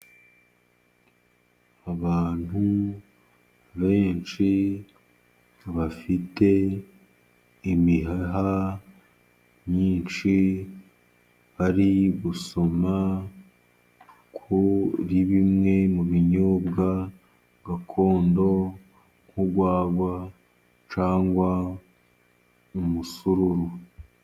Abantu benshi bafite imiheha myinshi, bari gusoma kuri bimwe mu binyobwa gakondo, nk'urwagwa cyangwa umusururu.